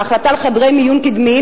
ההחלטה על חדרי מיון קדמיים,